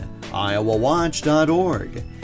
iowawatch.org